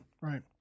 right